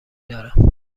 دارم